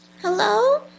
hello